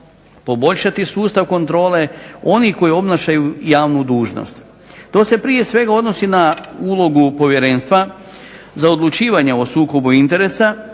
povećati sustav kontrole onih koji obnašaju javnu dužnost. To se prije svega odnosi na ulogu Povjerenstva za odlučivanje o sukobu interesa